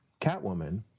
Catwoman